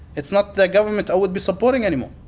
it's not the government i would be supporting anymore.